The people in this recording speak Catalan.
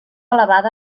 elevada